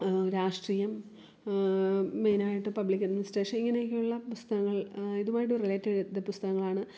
രാഷ്ട്രീയം മെയിനായിട്ട് public administration ഇങ്ങനെയൊക്കെയുള്ള പുസ്തകങ്ങൾ ഇതുമായിട്ട് റിലേറ്റ് ചെയ്ത പുസ്തകങ്ങളാണ്